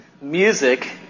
music